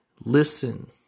Listen